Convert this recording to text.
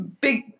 big